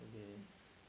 okay